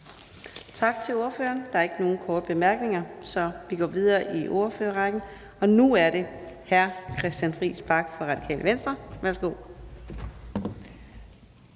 Tak til ordføreren. Der er ikke nogen korte bemærkninger, så vi går videre i ordførerrækken til hr. Christian Friis Bach, Radikale Venstre. Værsgo.